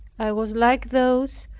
i was like those,